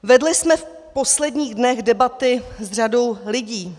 Vedli jsme v posledních dnech debaty s řadou lidí.